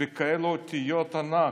בכאלה אותיות ענק?